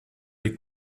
les